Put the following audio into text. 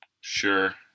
Sure